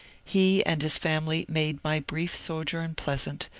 he and his family made my brief sojourn pleasant,